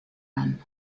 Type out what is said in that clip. run